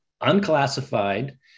unclassified